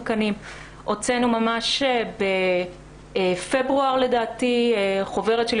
רוצים שיגיעו לכדי פתרון לא יכללו שם.